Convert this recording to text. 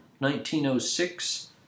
1906